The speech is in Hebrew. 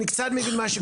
אני קצת מבין מה שקורה.